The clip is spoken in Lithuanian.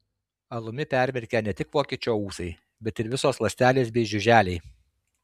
alumi permirkę ne tik vokiečio ūsai bet ir visos ląstelės bei žiuželiai